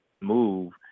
move